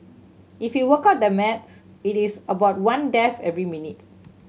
if you work out the maths it is about one death every minute